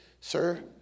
sir